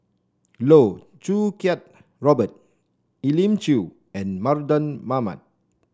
Loh Choo Kiat Robert Elim Chew and Mardan Mamat